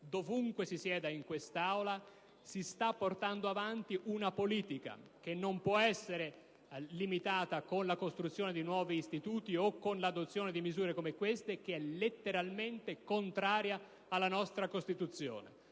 ovunque si sieda oggi in quest'Aula, si sta portando avanti una politica che non può essere limitata alla costruzione di nuovi istituti o all'adozione di misure come queste, che letteralmente vanno contro la nostra Costituzione.